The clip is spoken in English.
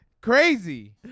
Crazy